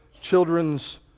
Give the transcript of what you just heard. children's